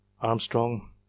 Armstrong